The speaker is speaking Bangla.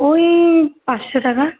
ওই পাঁচশো টাকা